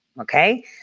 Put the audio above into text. Okay